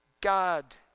God